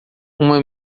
uma